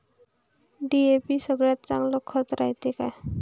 DAP सगळ्यात चांगलं खत हाये का?